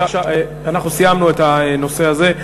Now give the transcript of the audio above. אנחנו סיימנו את הנושא הזה.